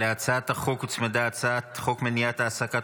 להצעת החוק הוצמדה הצעת חוק מניעת העסקת